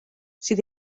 sydd